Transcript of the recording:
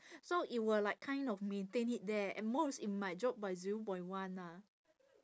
so it will like kind of maintain it there at most it might drop by zero point one lah